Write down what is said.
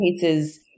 cases